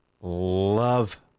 Love